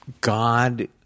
God